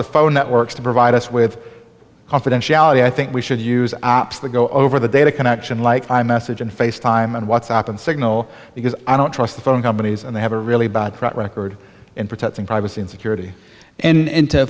the phone networks to provide us with confidentiality i think we should use apps that go over the data connection like i message and face time and what's happened signal because i don't trust the phone companies and they have a really bad track record in protecting privacy and security and